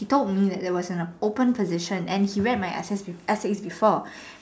he told me that was an open position and he read my essay essay before